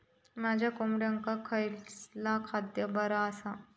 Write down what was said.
माझ्या कोंबड्यांका खयला खाद्य बरा आसा?